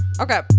Okay